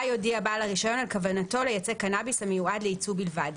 יודיע בעל הרישיון על כוונתו לייצא קנאביס המיועד לייצוא בלבד.